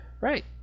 Right